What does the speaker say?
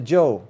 Joe